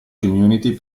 community